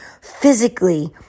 physically